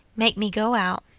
make me go out.